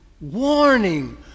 warning